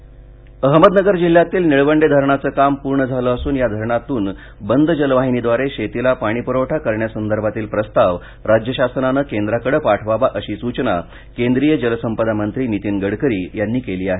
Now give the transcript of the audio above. निळवंडे धरण अहमदनगर जिल्ह्यातील निळवंडे धरणाचे काम पूर्ण झाले असून या धरणातून बंद जलवाहिनीद्वारे शेतीला पाणीप्रवठा करण्यासंदर्भातील प्रस्ताव राज्य शासनाने केंद्राकडे पाठवावा अशी सूचना केंद्रीय जलसंपदा मंत्री नितीन गडकरी यांनी केली आहे